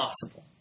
possible